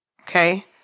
Okay